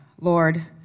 Lord